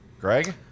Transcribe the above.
Greg